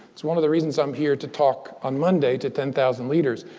it's one of the reasons i'm here to talk, on monday, to ten thousand leaders,